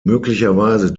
möglicherweise